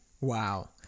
Wow